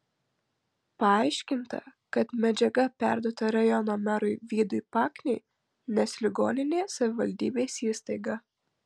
paaiškinta kad medžiaga perduota rajono merui vydui pakniui nes ligoninė savivaldybės įstaiga